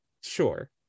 sure